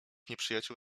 nieprzyjaciół